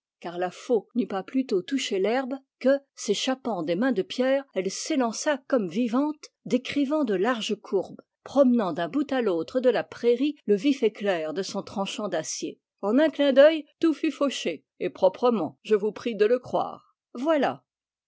car la faux n'eut pas plus tôt touché l'herbe que s'échap pant des mains de pierre elle s'élança comme vivante décrivant de larges courbes promenant d'un bout à l'autre de la prairie le vif éclair de son tranchant d'acier en un clin d'œil tout fut fauché et proprement je vous prie de le croire voilà